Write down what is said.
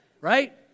right